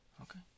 Okay